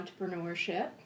entrepreneurship